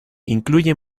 incluye